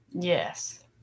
Yes